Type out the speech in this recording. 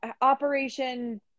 Operation